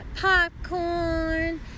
popcorn